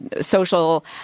social